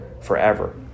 forever